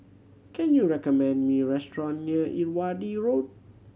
can you recommend me restaurant near Irrawaddy Road